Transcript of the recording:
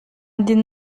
din